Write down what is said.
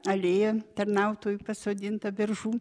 alėja tarnautojų pasodinta beržų